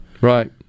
Right